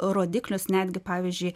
rodiklius netgi pavyzdžiui